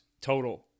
total